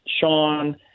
Sean